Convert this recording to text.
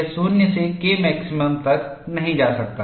यह 0 से Kmax तक नहीं जा सकता